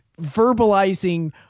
verbalizing